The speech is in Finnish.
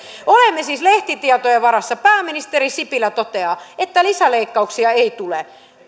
olemme siis lehtitietojen varassa pääministeri sipilä toteaa että lisäleikkauksia ei tule